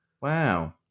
Wow